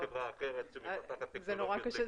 ולא בשום חברה אחרת שמפתחת טכנולוגיות --- זה נורא קשה.